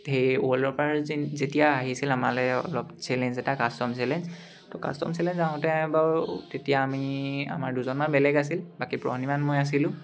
সেই ৱৰ্ল্ডৰ পৰা যে যেতিয়া আহিছিল আমালে অলপ চেলেঞ্জ এটা কাষ্টম চেলেঞ্জ তো কাষ্টম চেলেঞ্জ আহোঁতে বাৰু তেতিয়া আমি আমাৰ দুজনমান বেলেগ আছিল বাকী প্ৰহ্ণিমান মই আছিলোঁ